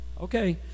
Okay